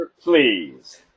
Please